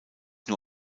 nur